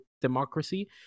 democracy